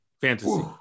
Fantasy